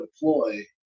deploy